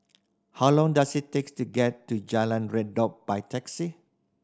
how long does it takes to get to Jalan Redop by taxi